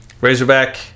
Razorback